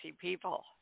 people